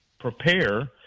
prepare